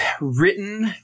written